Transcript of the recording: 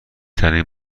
ترین